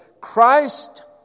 Christ